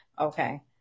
okay